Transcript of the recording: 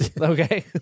okay